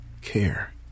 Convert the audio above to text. care